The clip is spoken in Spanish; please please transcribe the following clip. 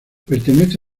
pertenece